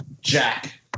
Jack